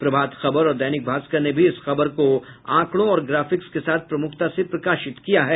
प्रभात खबर और दैनिक भास्कर ने भी इस खबर को आंकड़ों और ग्राफिक्स के साथ प्रमुखता से प्रकाशित किया है